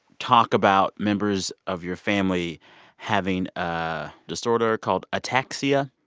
talk about members of your family having a disorder called ah ataxia.